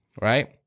Right